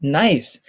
nice